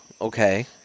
okay